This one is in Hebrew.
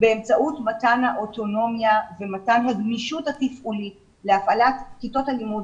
באמצעות מתן האוטונומיה ומתן הגמישות התפעולית להפעלת כיתות הלימוד